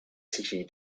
city